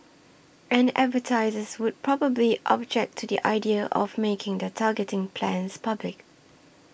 and advertisers would probably object to the idea of making their targeting plans public